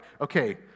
okay